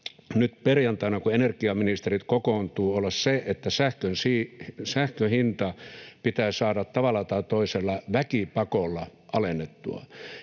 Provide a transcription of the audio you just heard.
nyt perjantaina, kun energiaministerit kokoontuvat, olla se, että sähkön hinta pitää saada tavalla tai toisella, väkipakolla, alennettua.